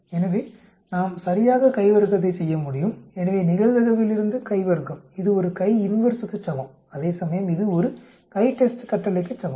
எனவே நாம் சரியாக கை வர்க்கத்தை செய்ய முடியும் எனவே நிகழ்தகவிலிருந்து கை வர்க்கம் இது ஒரு CHI INVERSE க்குச் சமம் அதேசமயம் இது ஒரு CHI TEST கட்டளைக்கு சமம்